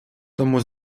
тому